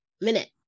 Minute